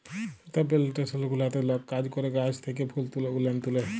সুতা পেলেনটেসন গুলাতে লক কাজ ক্যরে গাহাচ থ্যাকে ফুল গুলান তুলে